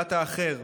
וקבלת האחר.